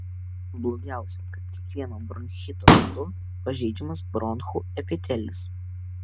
blogiausia kad kiekvieno bronchito metu pažeidžiamas bronchų epitelis